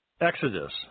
Exodus